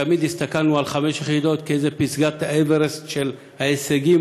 תמיד הסתכלנו על חמש יחידות כאיזו פסגת האוורסט של ההישגים,